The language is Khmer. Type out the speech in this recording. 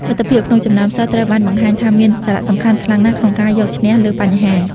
មិត្តភាព ក្នុងចំណោមសិស្សត្រូវបានបង្ហាញថាមានសារៈសំខាន់ខ្លាំងណាស់ក្នុងការយកឈ្នះលើបញ្ហា។